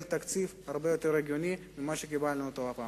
תקציב הרבה יותר הגיוני מזה שקיבלנו הפעם.